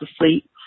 asleep